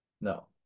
No